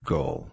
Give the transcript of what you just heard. Goal